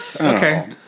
Okay